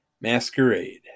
Masquerade